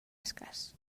escàs